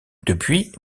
depuis